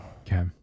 Okay